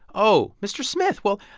oh, mr. smith. well,